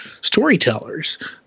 storytellers